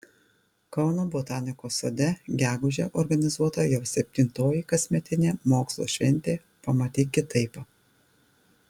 kauno botanikos sode gegužę organizuota jau septintoji kasmetinė mokslo šventė pamatyk kitaip